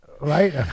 right